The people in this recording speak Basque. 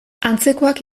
antzekoak